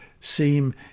seem